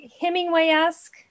Hemingway-esque